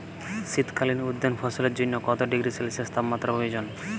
শীত কালীন উদ্যান ফসলের জন্য কত ডিগ্রী সেলসিয়াস তাপমাত্রা প্রয়োজন?